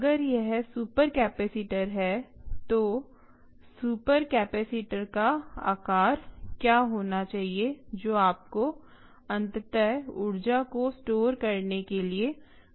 अगर यह super capacitor है तो सुपर कैपेसिटर का आकार क्या होना चाहिए जो आपको अंततः ऊर्जा को स्टोर करने के लिए उपयोग करना है